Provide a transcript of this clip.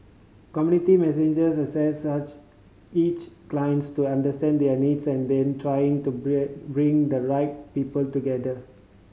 community messengers assess each clients to understand their needs and then trying to bring the right people together